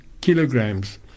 Kilograms